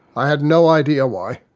i had no idea why.